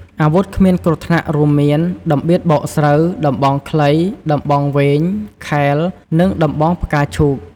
អាវុធគ្មានគ្រោះថ្នាក់ រួមមាន តម្បៀតបោកស្រូវ ដំបងខ្លី ដំបងវែង ខែល និងដំបងផ្កាឈូក។